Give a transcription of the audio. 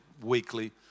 weekly